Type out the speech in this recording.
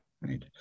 Right